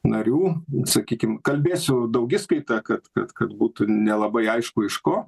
narių sakykim kalbėsiu daugiskaita kad kad kad būtų nelabai aišku iš ko